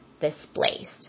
displaced